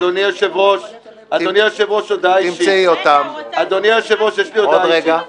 אדוני היושב-ראש, יש לי הודעה אישית.